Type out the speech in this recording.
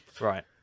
Right